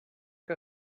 que